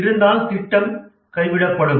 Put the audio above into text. இருந்தால் திட்டம் கைவிடப்படும்